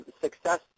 success